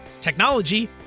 technology